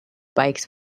bikes